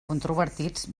controvertits